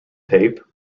tape